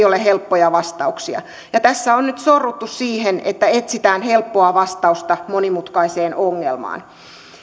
ole helppoja vastauksia ja tässä on nyt sorruttu siihen että etsitään helppoa vastausta monimutkaiseen ongelmaan